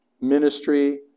ministry